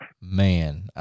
Man